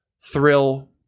thrill